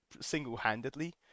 single-handedly